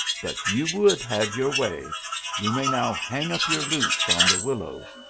but you would have your way you may now hang up your lutes on the willows.